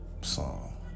song